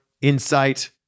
insight